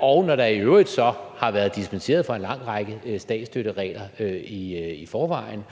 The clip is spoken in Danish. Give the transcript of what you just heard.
og når der i øvrigt så har været dispenseret fra en lang række statsstøtteregler i forvejen,